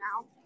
now